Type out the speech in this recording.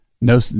no